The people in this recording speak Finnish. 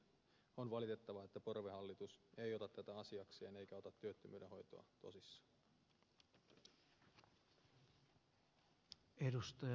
on valitettavaa että porvarihallitus ei ota tätä asiakseen eikä ota työttömyyden hoitoa tosissaan